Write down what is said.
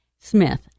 Smith